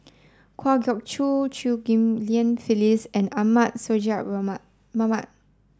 Kwa Geok Choo Chew Ghim Lian Phyllis and Ahmad Sonhadji Mohamad